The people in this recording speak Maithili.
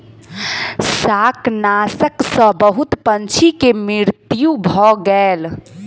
शाकनाशक सॅ बहुत पंछी के मृत्यु भ गेल